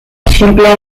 xinplea